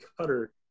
cutter